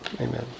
Amen